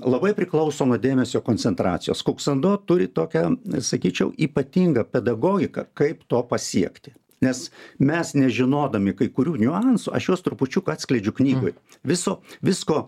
labai priklauso nuo dėmesio koncentracijos kuksando turi tokią sakyčiau ypatingą pedagogiką kaip to pasiekti nes mes nežinodami kai kurių niuansų aš juos trupučiuką atskleidžiau knygoj viso visko